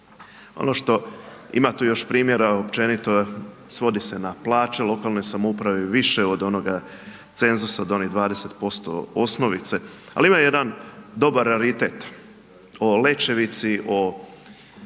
Ono što ima tu još primjera, općenito, svodi se na plaće lokalne samouprave, više od onoga cenzusa od onih 20% osnovice, ali ima jedan dobar raritet o Lećevici, o